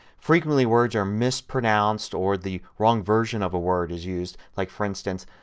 frequently words are mispronounced or the wrong version of a word is used. like for instance,